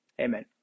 Amen